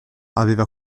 aveva